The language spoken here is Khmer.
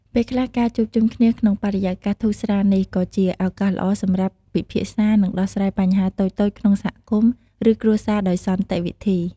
ពេលខ្លះ ការជួបជុំគ្នាក្នុងបរិយាកាសធូរស្រាលនេះ ក៏ជាឱកាសល្អសម្រាប់ពិភាក្សា និងដោះស្រាយបញ្ហាតូចៗក្នុងសហគមន៍ ឬគ្រួសារដោយសន្តិវិធី។